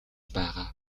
байгаа